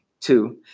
two